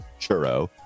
Churro